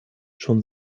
schon